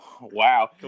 Wow